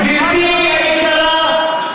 גברתי היקרה,